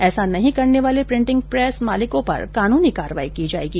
ऐसा नहीं करने वाले प्रिंटिंग प्रेस मालिकों पर कानूनी कार्यवाही की जाएगी